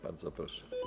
Bardzo proszę.